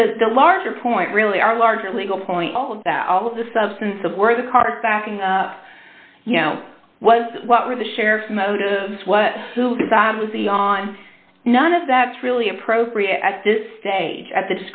but the the larger point really are larger legal point all of that all of the substance of where the car backing up you know was what were the sheriff's motives what to decide was the on none of that really appropriate at this stage at the